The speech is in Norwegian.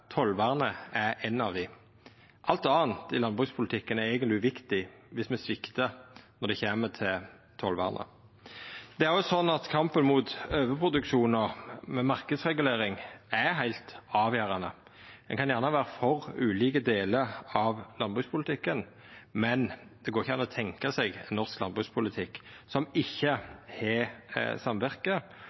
landbrukspolitikken er eigentleg uviktig viss me sviktar når det kjem til tollvernet. Det er òg sånn at kampen mot overproduksjon med marknadsregulering er heilt avgjerande. Ein kan gjerne vera for ulike delar av landbrukspolitikken, men det går ikkje an å tenkja seg norsk landbrukspolitikk som ikkje har